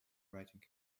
writing